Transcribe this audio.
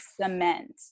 cement